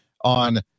on